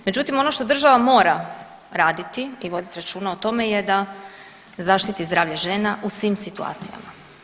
Međutim ono što država mora raditi i vodit računa o tome je da zaštiti zdravlje žena u svim situacijama.